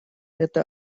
это